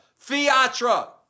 Fiatra